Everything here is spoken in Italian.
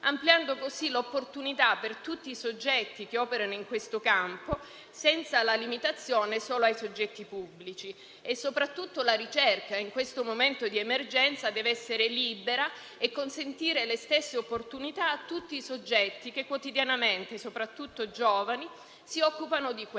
ampliando così l'opportunità per tutti i soggetti che operano in questo campo e senza la limitazione solo ai soggetti pubblici. Soprattutto la ricerca in questo momento di emergenza deve essere libera e consentire le stesse opportunità a tutti i soggetti (soprattutto giovani) che quotidianamente si occupano di questo,